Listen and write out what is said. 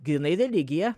grynai religija